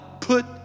Put